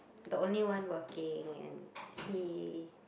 the only one working and he